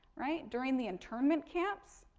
right, during the internment camps?